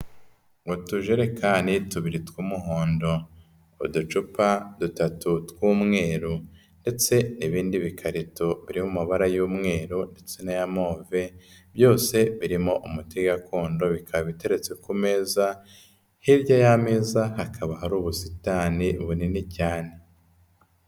Utujerekani tubiri tw'umuhondo, uducupa dutatu tw'umweru, ndetse n'ibindi bikarito biri mu mabara y'umweru ndetse n'aya move, byose birimo umuti gakondo, bikaba biteretse ku meza, hirya y'ameza hakaba hari ubusitani bunini.